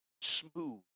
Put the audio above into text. smooth